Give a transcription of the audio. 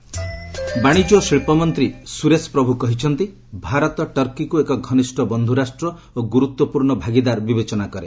ପ୍ରଭୁ India Turkey ବାଣିଜ୍ୟ ଓ ଶିଳ୍ପ ମନ୍ତ୍ରୀ ସୁରେଶ ପ୍ରଭୁ କହିଛନ୍ତି ଭାରତ ଟର୍କୀକୁ ଏକ ଘନିଷ୍ଠ ବନ୍ଧୁ ରାଷ୍ଟ୍ର ଓ ଗୁରୁତ୍ୱପୂର୍ଣ୍ଣ ଭାଗିଦାର ବିବେଚନା କରେ